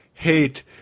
hate